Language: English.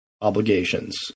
obligations